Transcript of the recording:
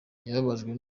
yababajwe